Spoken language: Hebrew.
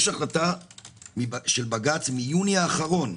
יש החלטה של בג"ץ מיוני האחרון,